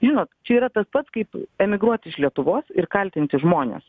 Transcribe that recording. žinot čia yra tas pats kaip emigruoti iš lietuvos ir kaltinti žmones